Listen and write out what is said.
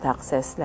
Access